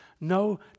no